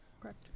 Correct